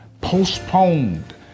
postponed